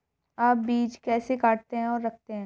आप बीज कैसे काटते और रखते हैं?